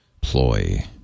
ploy